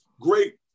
great